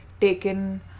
taken